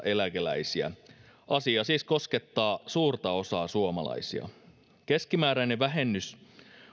eläkeläisiä asia siis koskettaa suurta osaa suomalaisia keskimääräinen vähennys